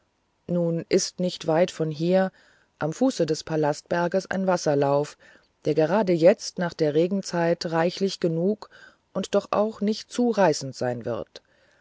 nun ist nicht weit von hier am fuße des palastberges ein wasserlauf der gerade jetzt nach der regenzeit reichlich genug und doch auch nicht zu reißend sein wird